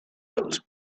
those